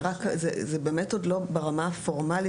זה באמת עוד לא ברמה הפורמלית,